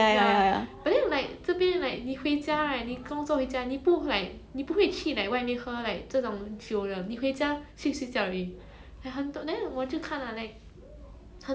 mm